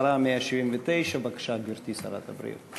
מספרה 179. בבקשה, גברתי, שרת הבריאות.